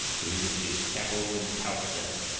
to visit his chapel and his house there,